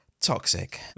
toxic